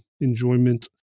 enjoyment